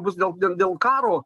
bus dėl dėl karo